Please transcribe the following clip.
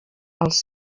als